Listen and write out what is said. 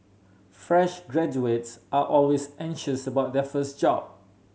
fresh graduates are always anxious about their first job